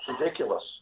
ridiculous